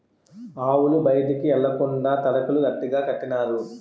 ఆవులు బయటికి ఎల్లకండా తడకలు అడ్డగా కట్టినారు